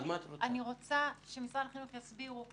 אני רוצה שמשרד החינוך יסבירו.